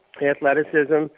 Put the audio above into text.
athleticism